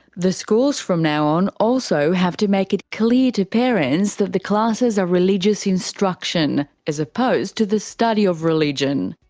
the schools from now on also have to make it clear to parents that the classes are religious instruction, as opposed to the study of religion.